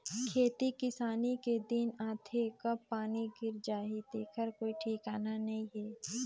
खेती किसानी के दिन आथे कब पानी गिर जाही तेखर कोई ठिकाना नइ हे